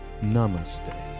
namaste